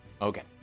Okay